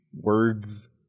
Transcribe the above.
words